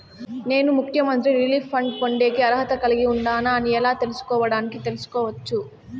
నేను ముఖ్యమంత్రి relief fund పొందేకి అర్హత కలిగి ఉండానా అని ఎలా తెలుసుకోవడానికి తెలుసుకోవచ్చు